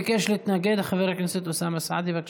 ביקש להתנגד חבר הכנסת אוסאמה סעדי, בבקשה.